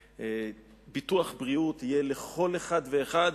שביטוח בריאות יהיה לכל אחד ואחד,